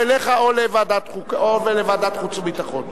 או לוועדת חוץ וביטחון.